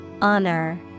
Honor